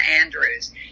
Andrews